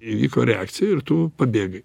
įvyko reakcija ir tu pabėgai